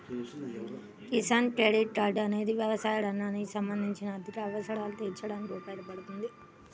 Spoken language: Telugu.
కిసాన్ క్రెడిట్ కార్డ్ అనేది వ్యవసాయ రంగానికి సంబంధించిన ఆర్థిక అవసరాలను తీర్చడానికి ఉపయోగపడుతుంది